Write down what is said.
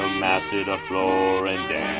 to the floor and dance.